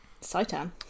Satan